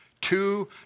Two